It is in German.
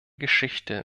geschichte